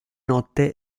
notte